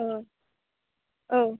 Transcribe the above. औ औ